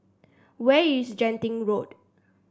where is Genting Road